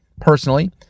personally